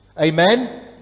Amen